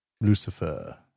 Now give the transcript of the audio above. Lucifer